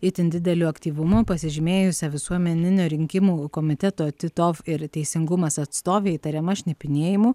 itin dideliu aktyvumu pasižymėjusią visuomeninio rinkimų komiteto titov ir teisingumas atstovė įtariama šnipinėjimu